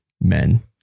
men